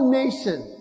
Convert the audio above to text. nations